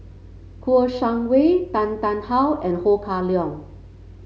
Kouo Shang Wei Tan Tarn How and Ho Kah Leong